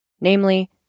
Namely